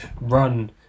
run